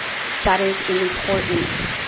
that is an important